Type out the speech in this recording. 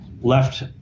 left